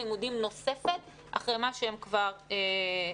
לימודים נוספת אחרי מה שהם כבר הפסידו.